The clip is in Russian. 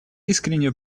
искреннюю